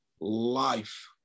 life